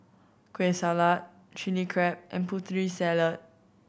Kueh Salat Chili Crab and Putri Salad